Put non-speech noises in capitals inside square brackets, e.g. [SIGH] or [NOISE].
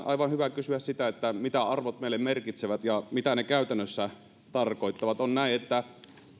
[UNINTELLIGIBLE] aivan hyvä kysyä mitä arvot meille merkitsevät ja mitä ne käytännössä tarkoittavat on niin että